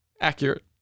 accurate